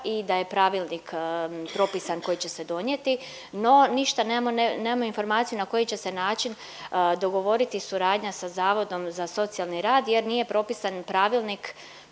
i da je pravilnik propisan koji će se donijeti, no ništa, nemamo, nemamo informaciju na koji će se način dogovoriti suradnja sa Zavodom za socijalni rad jer nije propisan pravilnik